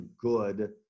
good –